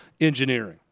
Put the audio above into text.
engineering